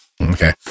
okay